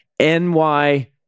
NY